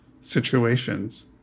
situations